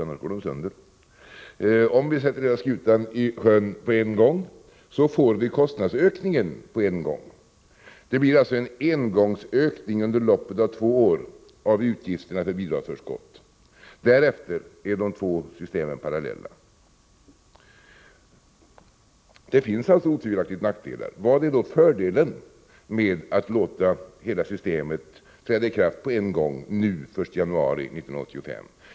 helst bör göra med skutor, annars går de sönder — får vi kostnadsökningen på en gång. Det blir alltså en engångsökning under loppet av två år av utgifterna för bidragsförskott. Därefter är de två systemen parallella. Det finns således otvivelaktigt nackdelar. Vad är då fördelen med att låta hela systemet träda i kraft på en gång nu den 1 januari 1985?